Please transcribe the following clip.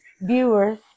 viewers